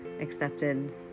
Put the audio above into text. accepted